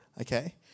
Okay